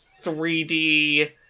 3D